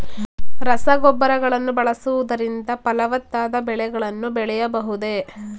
ರಸಗೊಬ್ಬರಗಳನ್ನು ಬಳಸುವುದರಿಂದ ಫಲವತ್ತಾದ ಬೆಳೆಗಳನ್ನು ಬೆಳೆಯಬಹುದೇ?